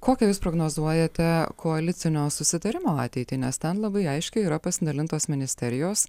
kokią jūs prognozuojate koalicinio susitarimo ateitį nes ten labai aiškiai yra pasidalintos ministerijos